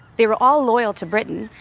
they were all loyal to britain,